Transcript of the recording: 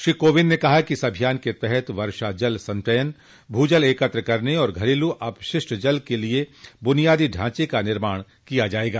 श्री कोविंद ने कहा कि इस अभियान के तहत वर्षा जल संचयन भूजल एकत्र करने और घरेलू अपशिष्ट जल के लिए बुनियादी ढांचे का निर्माण किया जाएगा